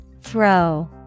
Throw